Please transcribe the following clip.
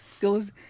goes